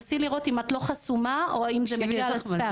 תבדקי אם את לא חסומה או שזה מגיע לספאם.